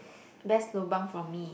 best lobang from me